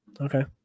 Okay